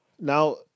Now